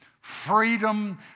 freedom